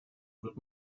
wird